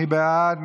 מי בעד?